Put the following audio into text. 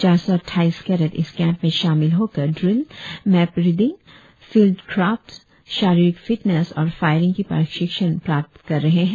चार सौ अट्ठाईस कैडेट इस कैंप में शामिल होकर drill map reading field craft शारीरिक फिटनेस और फायरिंग की प्रशिक्षण प्राप्त कर रहे है